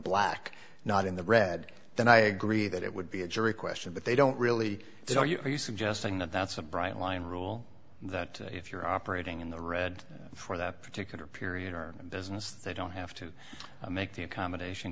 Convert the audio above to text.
black not in the red then i agree that it would be a jury question that they don't really know you are you suggesting that that's a bright line rule that if you're operating in the red for that particular period on business they don't have to make the accommodation